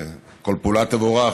כל פעולה תבורך.